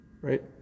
Right